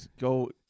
go